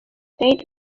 stayed